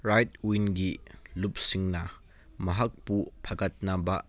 right ꯋꯤꯟꯒꯤ ꯂꯨꯞꯁꯤꯡꯅ ꯃꯍꯥꯛꯄꯨ ꯐꯒꯠꯅꯕ